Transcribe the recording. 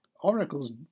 Oracles